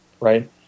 right